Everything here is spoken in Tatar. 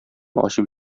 ачып